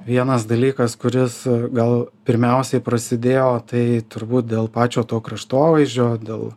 vienas dalykas kuris gal pirmiausiai prasidėjo tai turbūt dėl pačio to kraštovaizdžio dėl